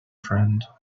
friend